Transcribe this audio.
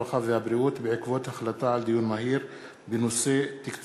הרווחה והבריאות בעקבות דיון מהיר בהצעה של